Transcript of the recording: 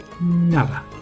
Nada